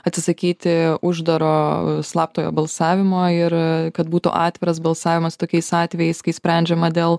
atsisakyti uždaro slaptojo balsavimo ir kad būtų atviras balsavimas tokiais atvejais kai sprendžiama dėl